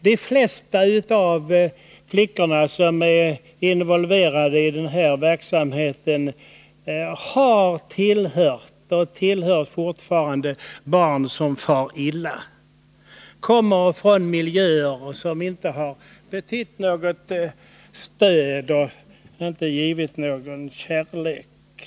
De flesta av de flickor som är involverade i sådan verksamhet har tillhört och tillhör fortfarande kategorin barn som far illa och kommer från miljöer som inte har utgjort något stöd för dem och som inte har givit dem någon kärlek.